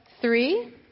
three